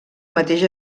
mateix